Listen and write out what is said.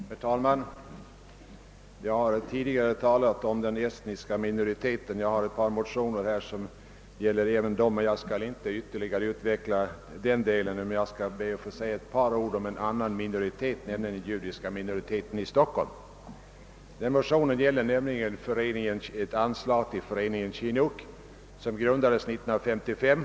Herr talman! Jag har tidigare talat om den estniska minoriteten. Även under förevarande punkt behandlas några motioner rörande denna minoritet. Jag skall emellertid inte ytterligare utveckla min argumentation därvidlag men vill säga ett par ord om en annan minoritet, nämligen den judiska minoriteten i Stockholm. Motionsparet I: 315 och II: 390 gäller bl.a. ett anslag till föreningen Chinuch, som grundades år 1955.